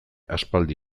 aspaldi